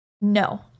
No